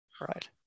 Right